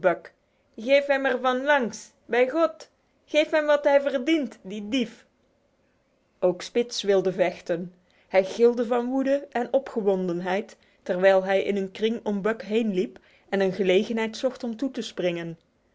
geef hem er van langs bij god geef hem wat hij verdient die dief ook spitz wilde vechten hij gilde van woede en opgewondenheid terwijl hij in een kring om buck heen liep en een gelegenheid zocht om toe te springen